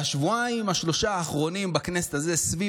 והשבועיים-שלושה האחרונים בכנסת הזאת סביב